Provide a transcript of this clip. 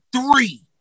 three